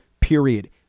period